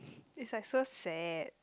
it's like so sad